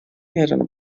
erano